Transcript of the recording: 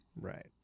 Right